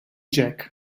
jack